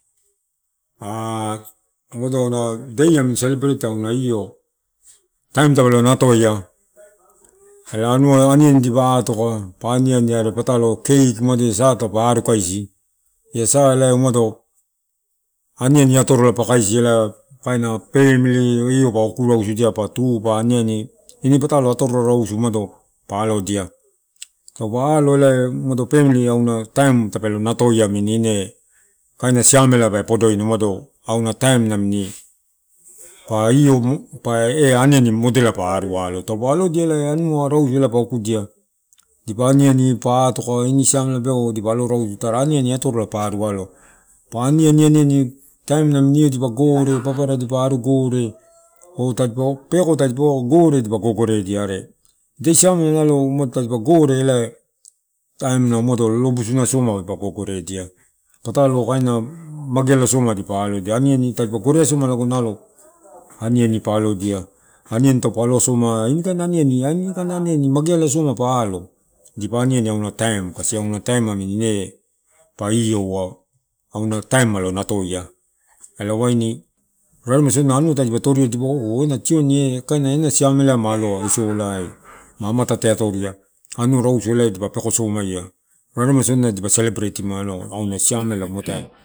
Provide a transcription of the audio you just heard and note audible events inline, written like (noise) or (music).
(hesitation) aguna day namini celebrate aguna io taim taka lo natoia eh anua aniani dipa toka pa aniani are patalo cake umado paa aru kaisi, iasa umado, aniani atorola pa kaisi ah kain family pa oku rausudia pa tu pa aniani ini patalo atorola rausu pa alodia. Taupa alo ela umada family auna taim tapa lo natoia amini ine kaina siamela pe podoino umado auna taim namini pa io m eh ia anua rausu ela pa okudia dipa aniani dipa atoka anua rausu ela pa okudia dipa aniani dipa atoka ini siamela beau dipa alo rausu tara aniani atorola pa aru alo, pa ani ani ani taim naming dipa eg gore babara dipa aru gore oh tadipa peko tadipaka gore ela dipa gogore edia are idai siamela umado nalo tadipa gore taim na lolobusuna soma dipa gogoredia patalo aina mageala soma di[a aloedia, aniani tadipa gore a, soma lago nalo aniani pa alodia. Aniani taupe lo asoma ini kain aniani, inikain aniani mageala soma pa alo dipa aniani auna taim, kasi auna taim pa ioua aunataim molo natoia ela waini raremaisodina anua tadipa torio dipaua oh- oh ena tioni eh, kaina ena siamela eh na aloa isolai ma amatate atoria, anua rausu ela dipa peko somaia raremaisodina dipa celebrate timua auna siamela muatai.